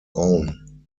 own